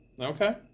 okay